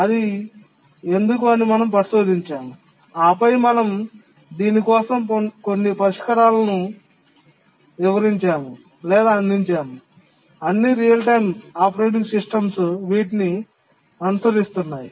అది ఎందుకు అని మనం పరిశోధించాము ఆపై మనం దాని కోసం కొన్ని పరిష్కారాలను వివరించాము లేదా అందించాము అన్ని రియల్ టైమ్ ఆపరేటింగ్ సిస్టమ్స్ వీటిని అనుసరిస్తున్నాయి